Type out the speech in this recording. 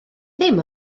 ddim